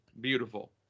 beautiful